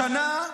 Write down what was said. השנה,